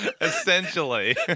Essentially